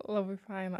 labai faina